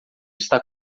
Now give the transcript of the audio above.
está